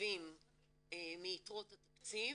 מיתרות התקציב,